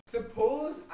Suppose